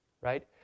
right